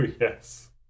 yes